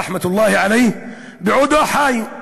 רחמאת אללה עליהי, בעודו חי.